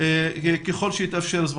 ככל שהזמן יאפשר.